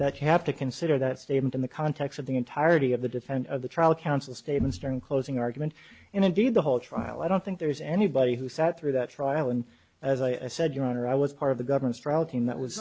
that have to consider that statement in the context of the entirety of the defend the trial counsel statements during closing argument and indeed the whole trial i don't think there's anybody who sat through that trial and as i said your honor i was part of the government's trouting that was